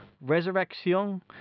resurrection